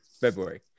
February